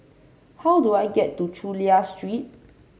how do I get to Chulia Street